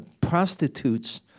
prostitutes